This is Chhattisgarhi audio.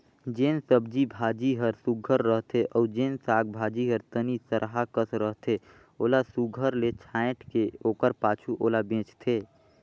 जेन सब्जी भाजी हर सुग्घर रहथे अउ जेन साग भाजी हर तनि सरहा कस रहथे ओला सुघर ले छांएट के ओकर पाछू ओला बेंचथें